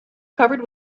covered